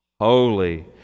holy